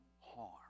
harm